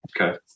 Okay